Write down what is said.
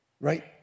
right